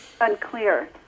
unclear